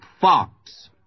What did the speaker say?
fox